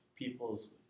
People's